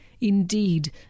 Indeed